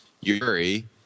Yuri